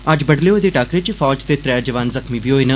अज्ज बडुलै होए दे टाक्करे च फौज दे त्रै जवान जख्मी बी होए न